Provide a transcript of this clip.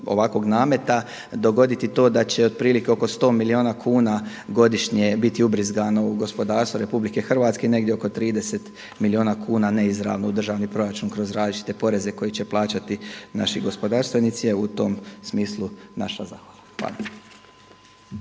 ovakvog nameta dogoditi to da će otprilike oko 100 milijuna kuna godišnje biti ubrizgano u gospodarstvo RH negdje oko 30 milijuna kuna neizravno u državni proračun kroz različite poreze koje će plaćati naši gospodarstvenici. Evo u tom smislu naša zahvala. Hvala.